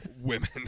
women